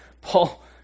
Paul